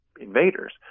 invaders